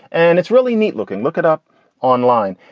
and it's really neat looking. look it up online.